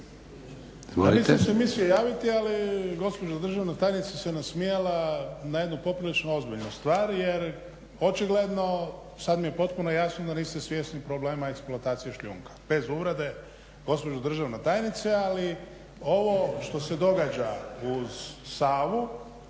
Nisam se mislio javiti ali gospođa državna tajnica se nasmijala na jednu poprilično ozbiljnu stvar, jer očigledno sad mi je potpuno jasno da niste svjesni problema eksploatacije šljunka. Bez uvrede gospođo državna tajnice, ali ovo što se događa uz Savu